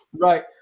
Right